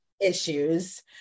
issues